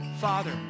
Father